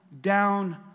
down